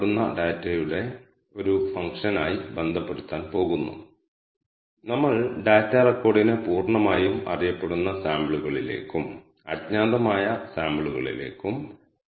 ഇപ്പോൾ ഒരു data frame എങ്ങനെ കാണപ്പെടുന്നുവെന്ന് നമ്മൾ കണ്ടുകഴിഞ്ഞു ഡാറ്റ ഫ്രെയിമിൽ ലഭ്യമായ ഓരോ വേരിയബിളിന്റെയും ഡാറ്റ ടൈപ്പുകൾ എന്തൊക്കെയാണെന്ന് കാണേണ്ട സമയമാണിത്